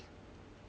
a house